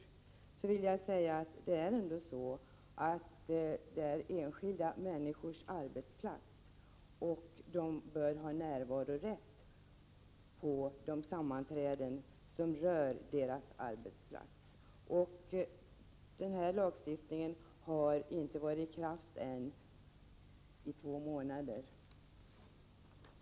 Men det är ju fråga om en arbetsplats för enskilda människor, och dessa bör därför ha närvarorätt på de sammanträden som rör deras arbetsplats. Denna lagstiftning har inte varit i kraft två månader än.